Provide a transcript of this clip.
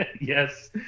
Yes